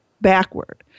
backward